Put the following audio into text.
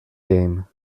game